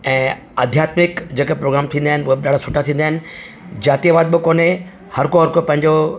ऐं आध्यातमिक जेके प्रोग्राम थींदा आहिनि हुआ बि ॾाढा सुठा थींदा आहिनि जातिवाद बि कोन्हे हर को हर को पंहिंजो